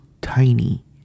tiny